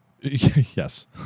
Yes